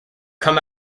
come